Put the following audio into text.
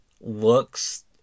looks